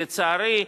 לצערי,